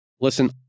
Listen